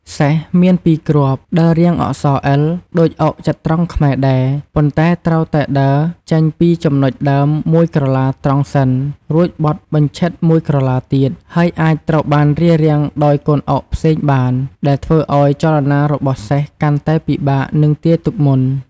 សេះ មានពីរគ្រាប់ ដើររាងអក្សរអិល ដូចអុកចត្រង្គខ្មែរដែរ ប៉ុន្តែត្រូវតែដើរចេញពីចំណុចដើមមួយក្រឡាត្រង់សិន រួចបត់បញ្ឆិតមួយក្រឡាទៀត ហើយអាចត្រូវបានរារាំងដោយកូនអុកផ្សេងបាន ដែលធ្វើឱ្យចលនារបស់សេះកាន់តែពិបាកនឹងទាយទុកមុន។